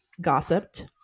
Gossiped